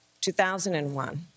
2001